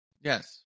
Yes